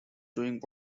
doing